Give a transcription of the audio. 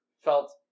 felt